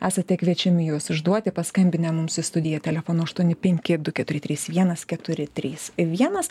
esate kviečiami juos išduoti paskambinę mums į studiją telefonu aštuoni penki du keturi trys vienas keturi trys vienas